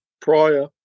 prior